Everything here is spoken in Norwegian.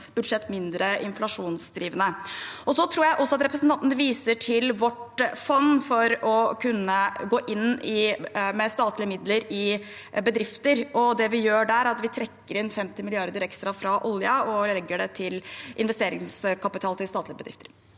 budsjett mindre inflasjonsdrivende. Jeg tror også at representanten viser til vårt fond for å kunne gå inn med statlige midler i bedrifter. Det vi gjør der, er at vi trekker inn 50 mrd. kr ekstra fra oljen og legger det til investeringskapital til statlige bedrifter.